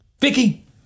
Vicky